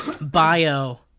Bio